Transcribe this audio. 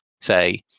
Say